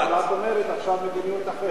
ואת אומרת עכשיו מדיניות אחרת.